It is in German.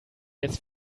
jetzt